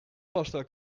pasta